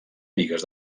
bigues